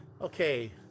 okay